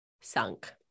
sunk